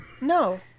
No